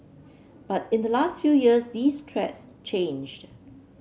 but in the last few years these threats changed